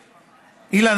אילן,